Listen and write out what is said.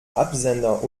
absender